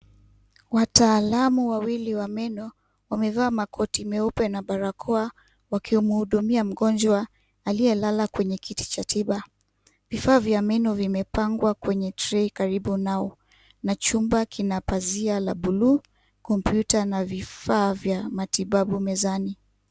Wataalamu wawili wa meno wamevaa Makoti meupe na barakoa wakimhudumia mgonjwa aliyelala kwenye kiti cha tiba. Vifaa vya meno vimepangwa kwenye tray karibu nao na chumba kina pazia la buluu, kompyuta na vifaa vya matibabu mezani.